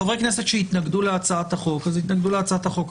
חברי כנסת שיתנגדו להצעת החוק יתנגדו להצעת החוק,